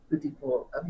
beautiful